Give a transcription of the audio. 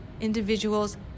Individuals